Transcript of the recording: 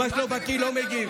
מה שלא בקיא, לא מגיב.